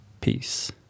Peace